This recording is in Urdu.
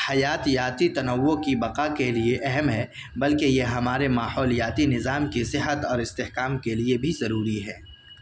حیاتیاتی تنوع کی بقا کے لیے اہم ہے بلکہ یہ ہمارے ماحولیاتی نظام کی صحت اور استحکام کے لیے بھی ضروری ہے